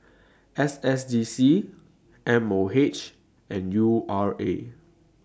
S S D C M O H and U R A